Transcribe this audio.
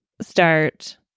start